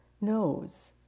knows